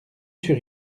sur